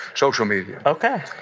social media ok